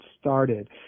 started